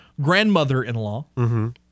grandmother-in-law